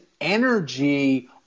energy